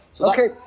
Okay